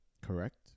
Correct